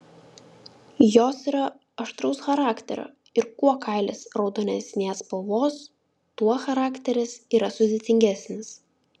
jos yra aštraus charakterio ir kuo kailis raudonesnės spalvos tuo charakteris yra sudėtingesnis